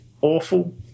awful